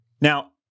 Now